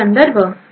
संदर्भ 1